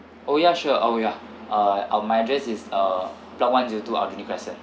oh yeah sure oh yeah uh um my address is uh block one zero two